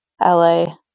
LA